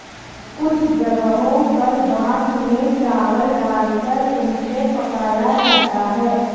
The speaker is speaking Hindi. कुछ जगहों पर बांस में चावल डालकर उनको पकाया जाता है